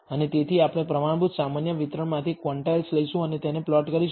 અને તેથી આપણે પ્રમાણભૂત સામાન્ય વિતરણમાંથી ક્વોન્ટાઇલ્સ લઈશું અને તેને પ્લોટ કરીશું